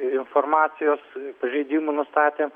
informacijos pažeidimų nustatę